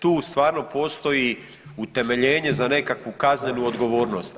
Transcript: Tu stvarno postoji utemeljenje za nekakvu kaznenu odgovornost.